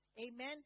Amen